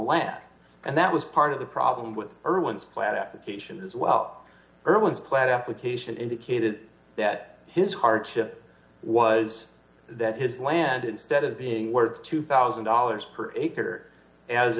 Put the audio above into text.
land and that was part of the problem with erwin's plant applications as well irwin's plant application indicated that his hardship was that his land instead of being worth two thousand dollars per acre as